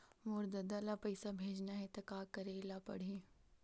मोर ददा ल पईसा भेजना हे त का करे ल पड़हि?